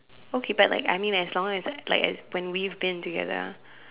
okay but like I mean as long as I like as we've been together